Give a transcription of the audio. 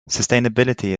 sustainability